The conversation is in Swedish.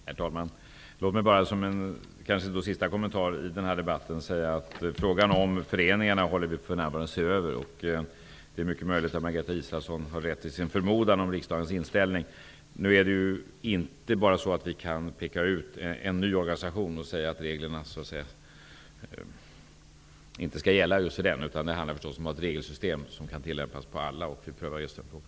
Herr talman! Låt mig bara som en sista kommentar i den här debatten säga att vi för närvarande håller på att se över frågan om föreningarna. Det är mycket möjligt att Margareta Israelsson har rätt i sin förmodan om riksdagens inställning. Vi kan dock inte bara peka ut en ny organisation och säga att reglerna inte skall gälla för just den. Det handlar förstås om att ha ett regelsystem som kan tillämpas för alla fall. Vi prövar nu den frågan.